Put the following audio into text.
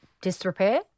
disrepair